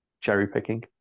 cherry-picking